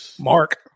Mark